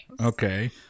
okay